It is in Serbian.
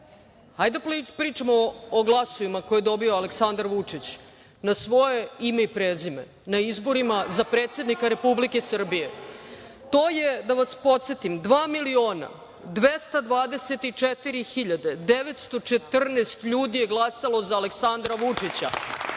ajde da pričamo o glasovima koje je dobio Aleksandar Vučić na svoje ime i prezime na izborima za predsednika Republike Srbije. To je da vas podsetim 2 miliona 224.914 je glasalo za Aleksandra Vučića.